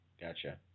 Gotcha